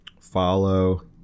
follow